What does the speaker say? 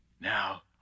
Now